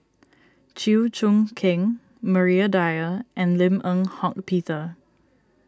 Chew Choo Keng Maria Dyer and Lim Eng Hock Peter